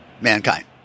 mankind